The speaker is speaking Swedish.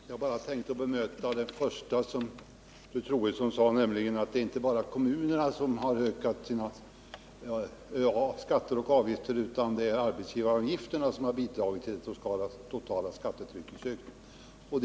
Herr talman! Jag tänker bara bemöta det första av det som fru Troedsson sade, nämligen att det inte bara är kommunerna som har ökat sina skatter och avgifter, utan att arbetsgivaravgifterna har bidragit till det totala skattetryckets ökning.